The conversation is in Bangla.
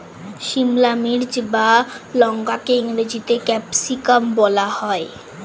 সিমলা মির্চ বা লঙ্কাকে ইংরেজিতে ক্যাপসিকাম বলা হয়